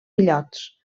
illots